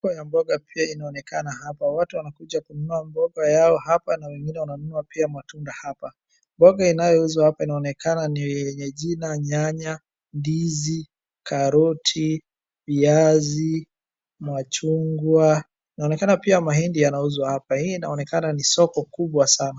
Soko ya mboga pia inaonekana hapa. Watu wanakuja kununua mboga yao hapa na wengine wananunua pia matunda hapa. Mboga inayouzwa hapa inaonekana ni yenye jina nyanya, ndizi, karoti, viazi, machungwa. Inaonekana pia mahindi yanauzwa hapa. Hii inaonekana ni soko kubwa sana.